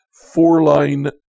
four-line